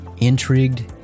Intrigued